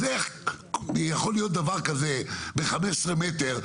איך יכול להיות דבר כזה ב-15 מטרים,